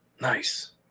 Nice